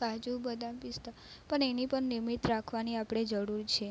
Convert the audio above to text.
કાજુ બદામ પિસ્તા પણ એની પણ લીમીટ રાખવાની આપણે જરૂર છે